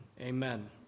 amen